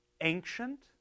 ancient